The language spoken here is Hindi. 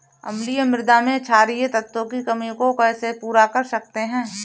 अम्लीय मृदा में क्षारीए तत्वों की कमी को कैसे पूरा कर सकते हैं?